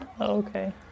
okay